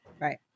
Right